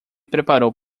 preparou